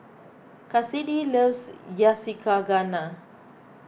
Kassidy loves Yakizakana